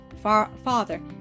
Father